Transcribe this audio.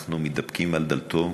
אנחנו מתדפקים על דלתו